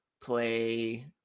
play